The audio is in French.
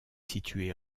située